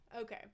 okay